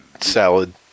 Salad